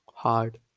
hard